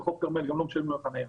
בחוף כרמל גם לא משלמים על חנייה.